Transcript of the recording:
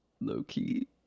low-key